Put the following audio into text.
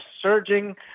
surging